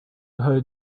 her